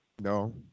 No